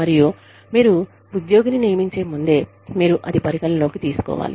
మరియు మీరు ఉద్యోగిని నియమించే ముందే అది పరిగణనలోకి తీసుకోవాలి